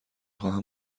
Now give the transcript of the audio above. خواهم